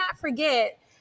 forget